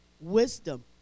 wisdom